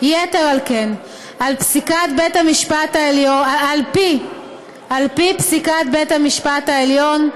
יתר על כן, על פי פסיקת בית המשפט העליון,